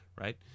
right